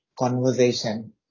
conversation